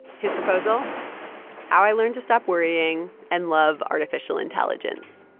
his proposal how i learned to stop worrying and love artificial intelligence.